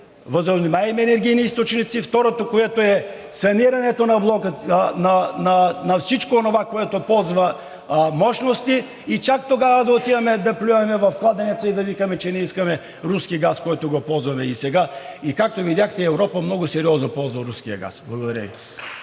възобновяеми енергийни източници. Второ е санирането на всичко онова, което ползва мощности, и чак тогава да отиваме да плюем в кладенеца и да викаме, че не искаме руския газ, който ползваме и сега, а както видяхте, Европа много сериозно ползва руския газ. Благодаря Ви.